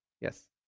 yes